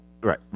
Right